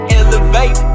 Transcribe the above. elevate